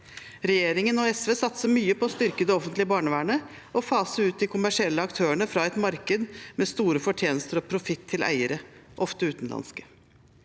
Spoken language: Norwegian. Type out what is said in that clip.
Regjeringen og SV satser mye på å styrke det offentlige barnevernet og fase ut de kommersielle aktørene fra et marked med store fortjenester og profitt til eiere, ofte utenlandske.